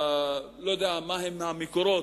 לא יודע מה הם המקורות,